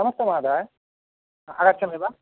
नमस्ते महोदय आगच्छामि वा